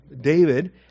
David